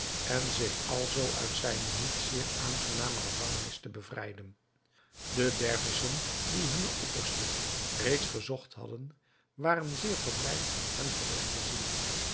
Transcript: en zich alzoo uit zijne niet zeer aangename gevangenis te bevrijden de dervissen die hunnen opperste reeds gezocht hadden waren zeer verblijd hem terug te zien